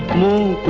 move